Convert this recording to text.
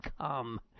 come